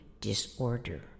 disorder